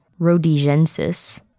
rhodigensis